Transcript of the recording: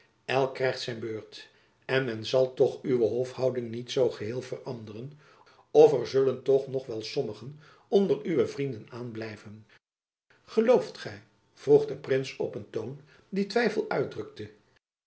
elk krijgt zijn beurt en men zal toch uwe hofhouding niet zoo geheel veranderen of er zullen toch nog wel sommigen onder uwe vrienden aanblijven gelooft gy vroeg de prins op een toon die twijfel uitdrukte